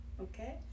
okay